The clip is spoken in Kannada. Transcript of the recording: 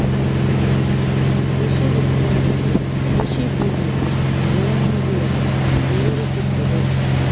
ಕೃಷಿ ವಿಸ್ತರಣೆಯು ಕೃಷಿ ಭೂಮಿಯ ಬೆಳವಣಿಗೆಯನ್ನು ವಿವರಿಸುತ್ತದೆ